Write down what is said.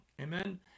Amen